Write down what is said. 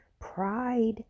pride